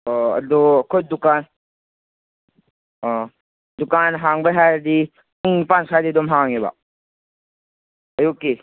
ꯑꯣ ꯑꯗꯨ ꯑꯩꯈꯣꯏ ꯗꯨꯀꯥꯟ ꯑꯥ ꯗꯨꯀꯥꯟ ꯍꯥꯡꯕꯩ ꯍꯥꯏꯔꯗꯤ ꯄꯨꯡ ꯅꯤꯄꯥꯟ ꯁ꯭ꯋꯥꯏꯗꯩ ꯑꯗꯨꯝ ꯍꯥꯡꯉꯦꯕ ꯑꯌꯨꯛꯀꯤ